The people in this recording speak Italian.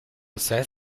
josé